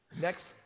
Next